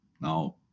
now